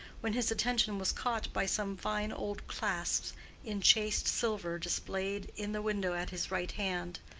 when his attention was caught by some fine old clasps in chased silver displayed in the window at his right hand.